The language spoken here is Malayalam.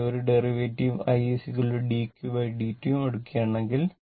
ഇതിന്റെ ഒരു ഡെറിവേറ്റീവും i dqdt ഉം എടുക്കുകയാണെങ്കിൽ